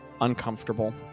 uncomfortable